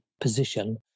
position